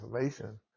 information